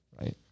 right